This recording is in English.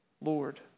Lord